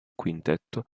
quintetto